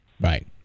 Right